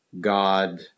God